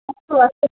अस्तु अस्तु